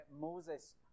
Moses